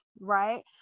right